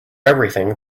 everything